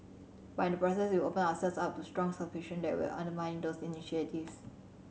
but in the process we opened ourselves up to strong suspicion that we were undermining those initiatives